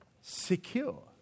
secure